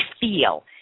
feel